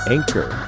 Anchor